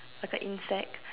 like a insect